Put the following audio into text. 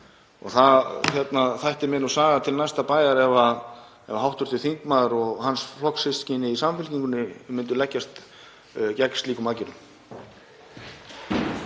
Það þætti mér nú saga til næsta bæjar ef hv. þingmaður og hans flokkssystkini í Samfylkingunni myndu leggjast gegn slíkum aðgerðum.